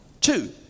Two